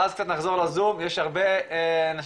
ואז רצת נחזור לזום ויש הרבה אנשים